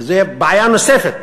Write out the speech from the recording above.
וזו בעיה נוספת: